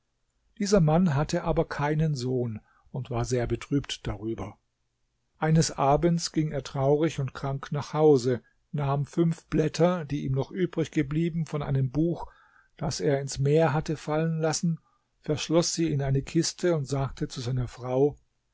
dieser mann hatte aber keinen sohn und war sehr betrübt darüber eines abends ging er traurig und krank nach hause nahm fünf blätter die ihm noch übrig geblieben von einem buch das er ins meer hatte fallen lassen verschloß sie in eine kiste und sagte zu seiner frau